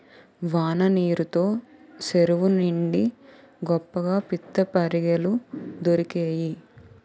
వాన నీరు తో సెరువు నిండి గొప్పగా పిత్తపరిగెలు దొరికేయి